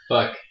Fuck